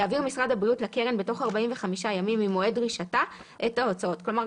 יעביר משרד הבריאות לקרן בתוך 45 ימים ממועד דרישתה את ההוצאות." כלומר,